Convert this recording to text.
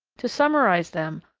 to summarize them,